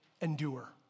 endure